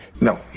No